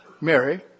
Mary